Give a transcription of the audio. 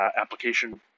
application